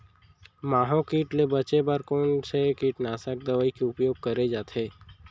माहो किट ले बचे बर कोन से कीटनाशक दवई के उपयोग करे जाथे?